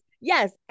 Yes